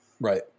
Right